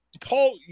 Paul